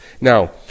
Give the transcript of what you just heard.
Now